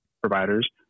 providers